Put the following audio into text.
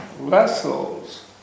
vessels